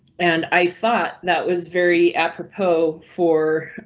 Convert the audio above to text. and i thought that was very apropos for.